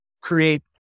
create